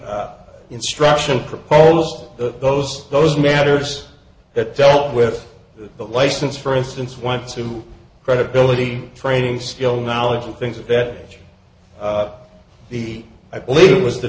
instruction proposed that those those matters that dealt with that license for instance went to credibility training skill knowledge and things of that age the i believe it was the